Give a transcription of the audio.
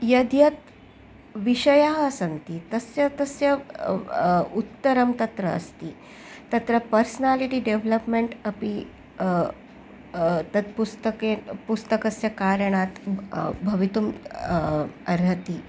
यद्यत् विषयाः सन्ति तस्य तस्य उत्तरं तत्र अस्ति तत्र पर्सनालिटि डेवलप्मेण्ट् अपि तत् पुस्तके पुस्तकस्य कारणात् भवितुम् अर्हति